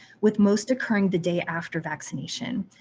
with most occurring the day after vaccination,